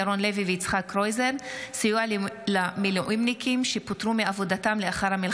ירון לוי ויצחק קרויזר בנושא: קמפיין מפעל הפיס